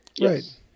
right